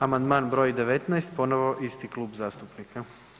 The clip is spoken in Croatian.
Amandman br. 19 ponovo isti klub zastupnika.